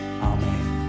amen